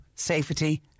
safety